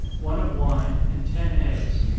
one of wine, and ten eggs.